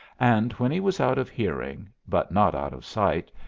and when he was out of hearing, but not out of sight,